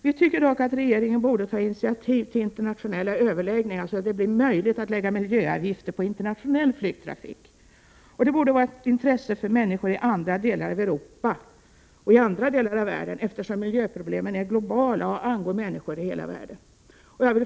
Vi tycker dock att regeringen borde ta initiativ till internationella överläggningar för att möjliggöra miljöavgifter på internationell flygtrafik. Det borde vara av intresse för människor i andra delar av Europa, och för övrigt i hela världen, eftersom miljöproblemen är globala och angår människor över hela världen.